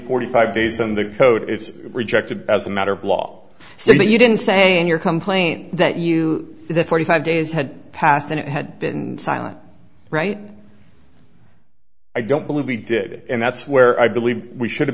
forty five days in the code it's rejected as a matter of law so you didn't say in your complaint that you the forty five days had passed and it had been silent right i don't believe we did and that's where i believe we should have